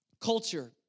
culture